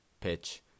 pitch